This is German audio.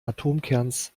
atomkerns